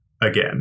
again